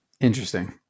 Interesting